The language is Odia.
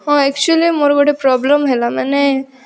ହଁ ଆକଚୁଲି ମୋର ଗୋଟେ ପ୍ରବ୍ଲେମ୍ ହେଲା ମାନେ